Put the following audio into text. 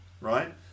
right